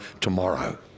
tomorrow